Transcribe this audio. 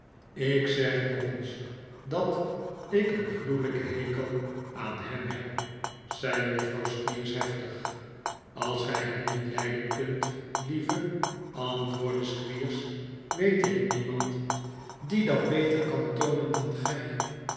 ik zeg nog eens dat ik een gruwelijken hekel aan hem heb zei juffrouw squeers heftig als gij hem niet lijden kunt lieve antwoordde squeers weet ik niemand die dat beter kan toonen dan gij